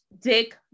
Dick